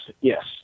Yes